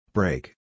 Break